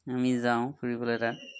আমি যাওঁ ফুৰিবলৈ তাত